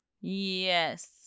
Yes